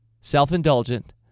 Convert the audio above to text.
self-indulgent